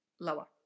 lower